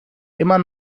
immer